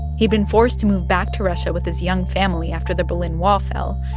he'd been forced to move back to russia with his young family after the berlin wall fell.